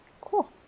Cool